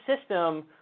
system –